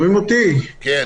תודה